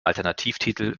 alternativtitel